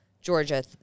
Georgia